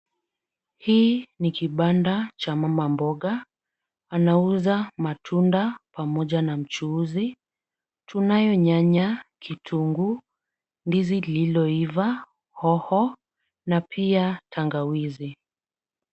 Hii ni kibanda cha mama mboga, anauza matunda pamoja na mchuuzi. Tunayo nyanya, kitunguu, ndizi lililoiva, hoho na pia tangawizi.